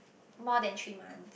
more than three month